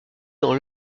dans